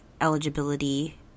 eligibility